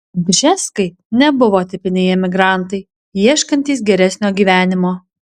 bžeskai nebuvo tipiniai emigrantai ieškantys geresnio gyvenimo